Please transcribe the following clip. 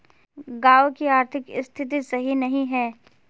गाँव की आर्थिक स्थिति सही नहीं है?